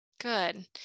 good